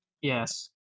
Yes